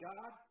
God